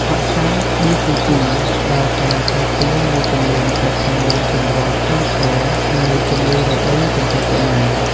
វ៉ាក់សាំង BCG ផ្តល់ការការពារមួយចំនួនប្រឆាំងនឹងទម្រង់ធ្ងន់ធ្ងរនៃជំងឺរបេងចំពោះកុមារ។